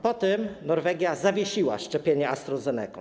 Po tym Norwegia zawiesiła szczepienie AstraZenecą.